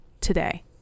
today